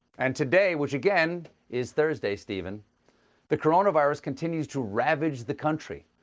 and today which, again, is thursday, stephen the coronavirus continues to ravage the country.